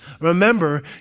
Remember